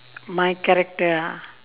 my character ah